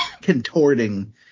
contorting